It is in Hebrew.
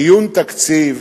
דיון תקציב